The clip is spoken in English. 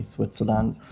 Switzerland